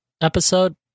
episode